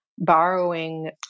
borrowing